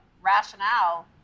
rationale